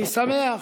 אני שמח.